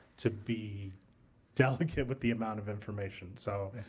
to be delicate with the amount of information. so,